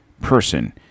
person